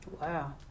Wow